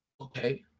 Okay